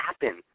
happen